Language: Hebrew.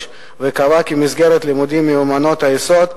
וקבע כי במסגרת לימוד מיומנויות היסוד,